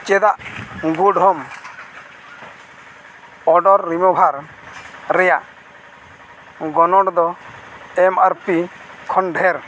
ᱪᱮᱫᱟᱜ good home order ᱨᱤᱢᱩᱵᱷᱟᱨ ᱨᱮᱭᱟᱜ ᱜᱚᱱᱚᱝ ᱫᱚ ᱮᱢ ᱟᱨ ᱯᱤ ᱠᱷᱚᱱ ᱰᱷᱮᱨ